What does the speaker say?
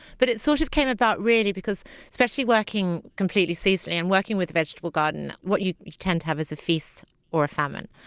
but it sort of came about, really, because especially working completely seasonally, and working with a vegetable garden, what you you tend to have is a feast or a famine.